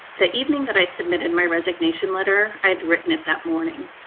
the evening that i submitted my resignation letter, i had written it that morning,